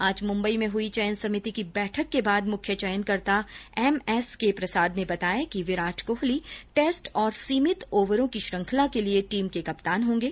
आज मुम्बई में हई चयन समिति की बैठक के बाद मुख्य चयनकर्ता एम एस के प्रसाद ने बताया कि विराट कोहली टेस्ट और सीमित ओवरों की श्रंखला के लिये टीम के कप्तान होंगे